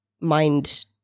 mind